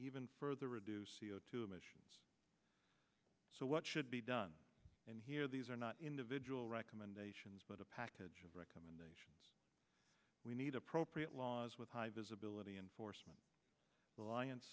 even further reduce c o two emissions so what should be done and here these are not individual recommendations but a package of recommendations we need appropriate laws with high visibility enforcement alliance